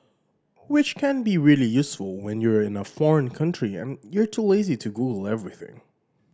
which can be really useful when you're in a foreign country and you're too lazy to Google everything